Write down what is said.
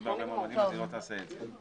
בה הרבה מועמדים אז היא לא תעשה את זה,